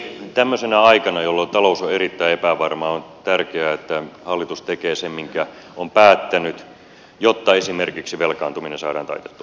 tämmöisenä aikana jolloin talous on erittäin epävarmaa on tärkeää että hallitus tekee sen minkä on päättänyt jotta esimerkiksi velkaantuminen saadaan taitettua